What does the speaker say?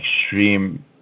extreme